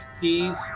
keys